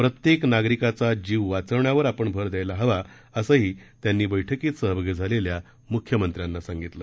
प्रत्येक नागरिकाचा जीव वाचवण्यावर आपण भर द्यायला हवा असंही त्यांनी बैठकीत सहभागी झालेल्या मुख्यमंत्र्यांना सांगितलं